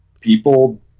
People